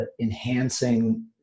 enhancing